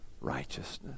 righteousness